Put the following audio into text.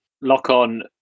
Lock-on